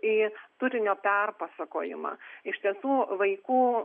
į turinio perpasakojimą iš tiesų vaikų